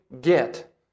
get